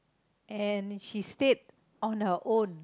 and she stayed on her own